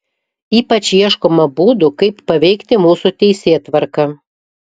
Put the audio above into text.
ypač ieškoma būdų kaip paveikti mūsų teisėtvarką